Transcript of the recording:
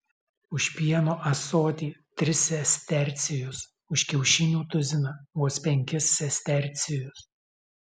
už pieno ąsotį tris sestercijus už kiaušinių tuziną vos penkis sestercijus